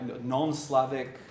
non-Slavic